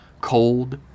Cold